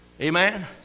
Amen